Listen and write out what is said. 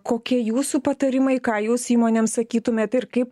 kokie jūsų patarimai ką jūs įmonėms sakytumėt ir kaip